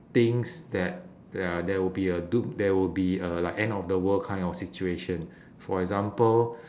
thinks that ya there will be a doom~ there will be a like end of the world kind of situation for example